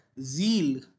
zeal